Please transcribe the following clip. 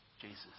Jesus